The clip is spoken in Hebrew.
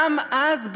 גם אז,